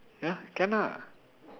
ya can ah